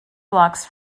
blocks